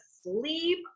sleep